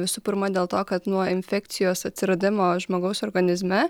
visų pirma dėl to kad nuo infekcijos atsiradimo žmogaus organizme